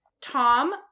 Tom